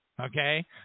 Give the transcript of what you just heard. Okay